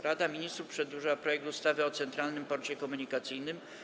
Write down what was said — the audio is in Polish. Rada Ministrów przedłożyła projekt ustawy o Centralnym Porcie Komunikacyjnym.